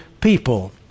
people